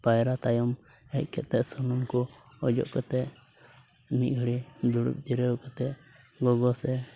ᱯᱟᱭᱨᱟ ᱛᱟᱭᱚᱢ ᱦᱮᱡ ᱠᱟᱛᱮᱫ ᱥᱩᱱᱩᱢ ᱠᱚ ᱚᱡᱚᱜ ᱠᱟᱛᱮᱫ ᱢᱤᱫ ᱜᱷᱟᱹᱲᱤᱡ ᱫᱩᱲᱩᱵ ᱡᱤᱨᱟᱹᱣ ᱠᱟᱛᱮᱫ ᱜᱚᱜᱚ ᱥᱮ